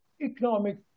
economic